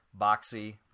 boxy